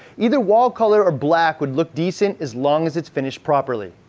either wall color or black would look decent as long as it's finished properly.